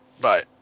Bye